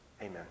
Amen